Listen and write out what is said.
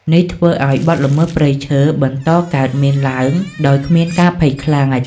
នេះធ្វើឱ្យបទល្មើសព្រៃឈើបន្តកើតមានឡើងដោយគ្មានការភ័យខ្លាច។